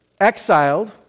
exiled